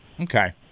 Okay